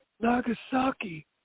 Nagasaki